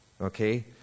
okay